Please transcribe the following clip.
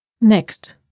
Next